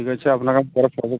ঠিক আছে আপনাকে আমি পরে ফর্দ